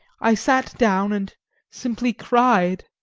i sat down and simply cried.